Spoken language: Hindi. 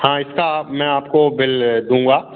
हाँ इसका मैं आपको बिल दूँगा